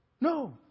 No